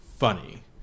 funny